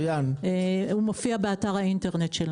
הוא מופיע באתר האינטרנט שלנו.